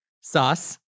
sauce